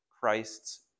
Christ's